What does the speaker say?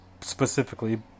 specifically